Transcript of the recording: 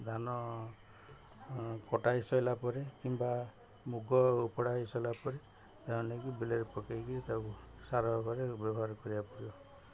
ଧାନ କଟା ହେଇ ସରିଲା ପରେ କିମ୍ବା ମୁଗ ଓପଡ଼ା ହେଇ ସରିଲା ପରେ ତ ନେଇକି ବିଲରେ ପକାଇକି ତାକୁ ସାର ଭାବରେ ବ୍ୟବହାର କରିବାକୁ ପଡ଼ିବ